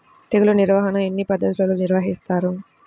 తెగులు నిర్వాహణ ఎన్ని పద్ధతులలో నిర్వహిస్తారు?